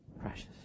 Precious